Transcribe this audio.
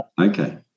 Okay